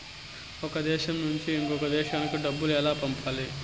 ఒక దేశం నుంచి ఇంకొక దేశానికి డబ్బులు ఎలా పంపాలి?